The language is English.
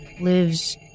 lives